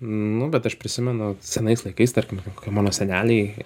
nu bet aš prisimenu senais laikais tarkim kai kokie mano seneliai